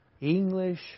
English